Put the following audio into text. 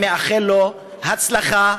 אני מאחל לו הצלחה,